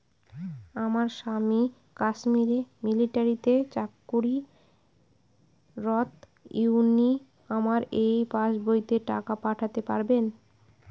আমার স্বামী কাশ্মীরে মিলিটারিতে চাকুরিরত উনি কি আমার এই পাসবইতে টাকা পাঠাতে পারবেন?